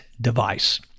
device